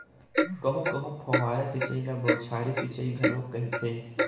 कहूँ कहूँ फव्वारा सिंचई ल बउछारी सिंचई घलोक कहिथे